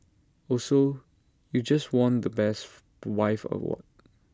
also you just won the best wife award